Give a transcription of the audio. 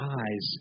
eyes